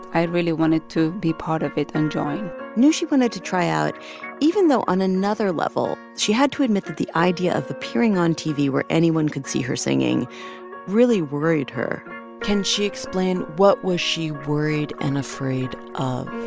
i really wanted to be part of it and join knew she wanted to try out even though, on another level, she had to admit that the idea of appearing on tv where anyone could see her singing really worried her can she explain? what was she worried and afraid of?